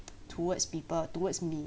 towards people towards me